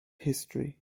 history